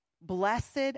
Blessed